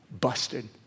Busted